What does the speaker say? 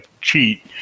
cheat